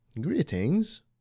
Greetings